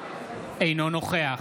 אינו נוכח